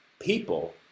people